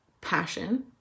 passion